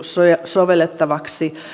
sovellettavaksi